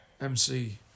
MC